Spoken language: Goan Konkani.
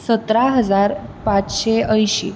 सतरा हजार पाचशे अयंशी